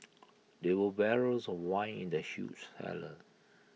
there were barrels of wine in the huge cellar